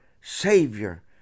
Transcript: Savior